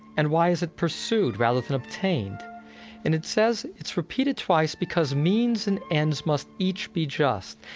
and why is it pursued rather than obtain? and it says it's repeated twice because means and ends must each be just,